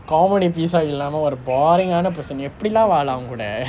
comedy piece ah இல்லமா ஒரு:illamaa oru boring ஆன:aana person எப்படி:eppadi lah வாழை அவன் கூட:vaalai avan kuda